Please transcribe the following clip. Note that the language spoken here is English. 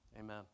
Amen